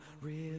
River